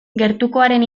gertukoaren